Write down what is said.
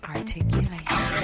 Articulation